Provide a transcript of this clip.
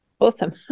awesome